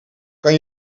kan